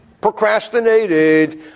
procrastinated